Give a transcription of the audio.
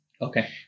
Okay